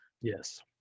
Yes